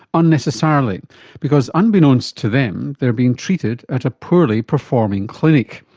unnecessarily because unbeknownst to them they're being treated at a poorly performing clinic.